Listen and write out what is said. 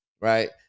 right